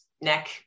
neck